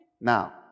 Now